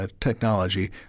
Technology